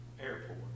airport